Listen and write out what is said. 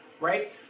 right